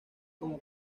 como